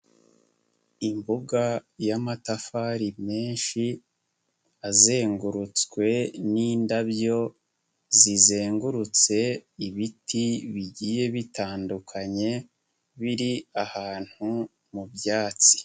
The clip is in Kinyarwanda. Imbuga y'amatafari menshi, azengurutswe n'indabyo zizengurutse ibiti bigiye bitandukanye, biri ahantu mu byatsi.